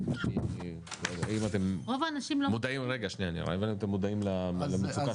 האם אתם מודעים למצוקה